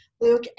Luke